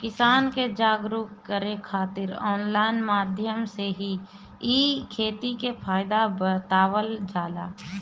किसान के जागरुक करे खातिर ऑनलाइन माध्यम से इ खेती के फायदा बतावल जाला